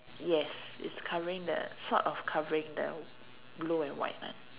yes it's covering the sort of covering the blue and white one